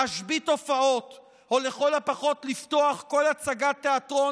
להשבית הופעות או לכל הפחות לפתוח כל הצגת תיאטרון